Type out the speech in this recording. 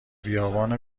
بیابان